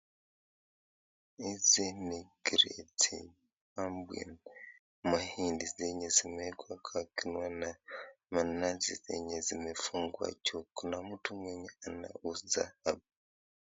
Hizi ni kireti, ambia, mahindi zenye zimewekwa kwa gunia na manasi zenye zimefungwa juu. Na mtu mwenye anauza hapa.